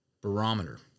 barometer